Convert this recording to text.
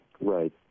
right